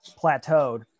plateaued